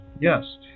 yes